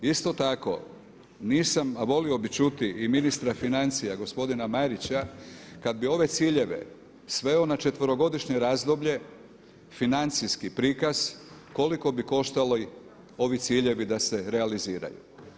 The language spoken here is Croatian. Isto tako, nisam a volio bih čuti i ministra financija gospodina Marića, kada bi ove ciljeve sveo na četverogodišnje razdoblje financijski prikaz koliko bi koštali ovi ciljevi da se realiziraju?